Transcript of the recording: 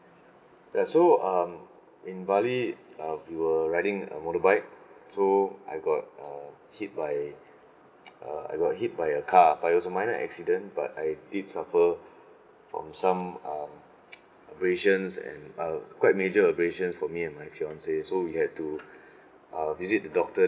ya so um in bali uh we were riding a motorbike so I got uh hit by uh I got hit by a car but it was minor accident but I did suffered from some um abrasions and uh quite major abrasion for me and my fiancee so we had to uh visit the doctor